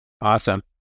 Awesome